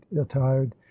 attired